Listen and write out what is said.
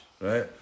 right